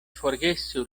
forgesu